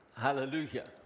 Hallelujah